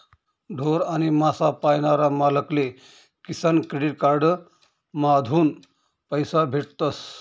ढोर आणि मासा पायनारा मालक ले किसान क्रेडिट कार्ड माधून पैसा भेटतस